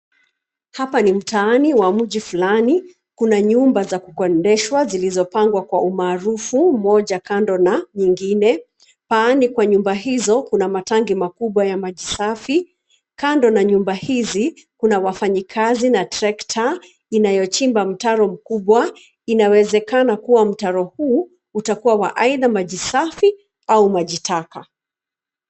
Hapa ni mtaani wa mji fulani. Kuna nyumba za kukondeshwa zilizopangwa kwa umaarufu, moja kando na nyingine. Pahali kwa nyumba hizo, kuna matangi makubwa ya maji safi, kando na nyumba hizi kuna wafanyikazi na trekta inayochimba mtaro mkubwa, inawezakana kuwa mtaro huu utakuwa wa aidha maji safi au maji taka.